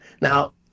Now